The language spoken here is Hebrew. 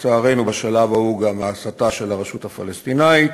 לצערנו בשלב ההוא גם מהסתה של הרשות הפלסטינית,